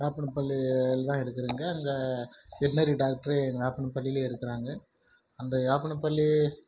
வேப்பன பள்ளியில் தான் இருக்கிறங்க அங்கே வெட்னரி டாக்ட்ரு வேப்பன பள்ளிலையே தான் இருக்கிறாங்க அந்த வேப்பன பள்ளி